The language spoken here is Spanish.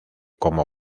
como